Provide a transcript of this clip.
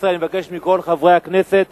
15). אני מבקש מכל חברי הכנסת